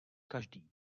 každý